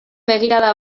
begirada